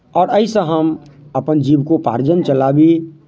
आओर एहिसँ हम अपन जीविकोपार्जन चलाबी